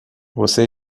você